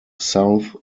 south